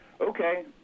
okay